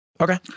Okay